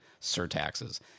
surtaxes